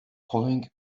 calling